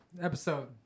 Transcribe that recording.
episode